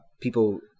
people